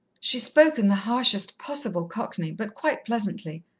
she spoke in the harshest possible cockney, but quite pleasantly.